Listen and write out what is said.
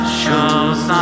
shows